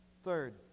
Third